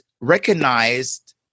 recognized